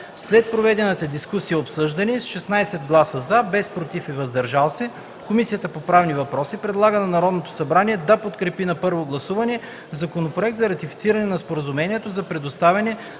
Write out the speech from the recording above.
След проведената дискусия и обсъждане, с 16 гласа „за”, без „против” и „въздържали се”, Комисията по правни въпроси предлага на Народното събрание да подкрепи на първо гласуване Законопроект за ратифициране на Споразумението за предоставяне